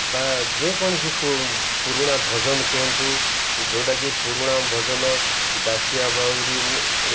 ବା ଯେକୌଣସି ପୁରୁଣା ଭଜନ କୁହନ୍ତୁ ଯେଉଁଟାକି ପୁରୁଣା ଭଜନ ଦାସିଆ ବାଉରି